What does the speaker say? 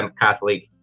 catholic